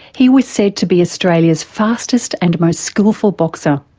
he was said to be australia's fastest and most skilful boxer.